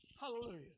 Hallelujah